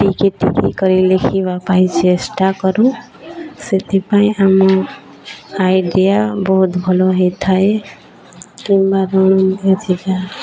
ଟିକେ ଟିକେ କରି ଲେଖିବା ପାଇଁ ଚେଷ୍ଟା କରୁ ସେଥିପାଇଁ ଆମ ଆଇଡ଼ିଆ ବହୁତ ଭଲ ହୋଇଥାଏ କିମ୍ବା